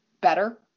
better